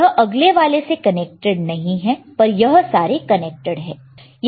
यह अगले वाले से कनेक्टेड नहीं है पर यह सारे कनेक्टेड है